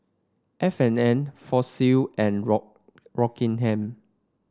F and N Fossil and Rock Rockingham